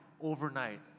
overnight